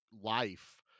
life